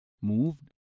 moved